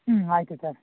ಹ್ಞೂ ಆಯಿತು ಸರ್